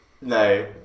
No